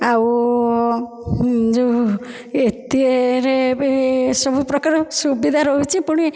ଆଉ ଯେଉଁ ଏଥିରେ ବି ସବୁପ୍ରକାର ସୁବିଧା ରହୁଛି ପୁଣି